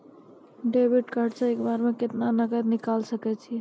Debit card से एक बार मे केतना नगद निकाल सके छी?